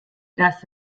das